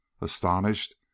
astonished